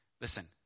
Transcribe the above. Listen